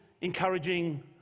encouraging